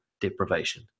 deprivation